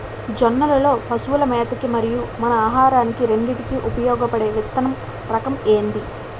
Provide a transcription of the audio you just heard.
జొన్నలు లో పశువుల మేత కి మరియు మన ఆహారానికి రెండింటికి ఉపయోగపడే విత్తన రకం ఏది?